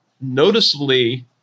noticeably